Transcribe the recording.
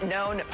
Known